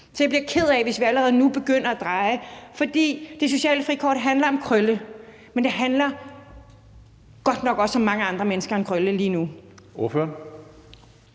Så jeg bliver ked af det, hvis vi allerede nu begynder at dreje det, for det sociale frikort handler om Krølle, men det handler godt nok også om mange andre mennesker end Krølle lige nu. Kl.